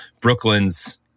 Brooklyn's